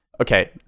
okay